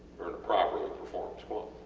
properly performed squat.